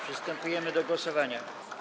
Przystępujemy do głosowania.